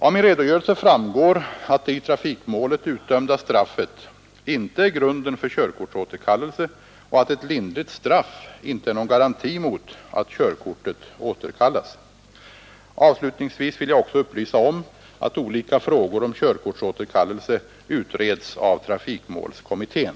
Av min redogörelse framgår att det i trafikmålet utdömda straffet inte är grunden för körkortsåterkallelse och att ett lindrigt straff inte är någon garanti mot att körkortet återkallas. Avslutningsvis vill jag också upplysa om att olika frågor om körkortsåterkallelse utreds av trafikmålskommittén.